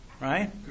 right